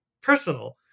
personal